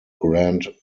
grand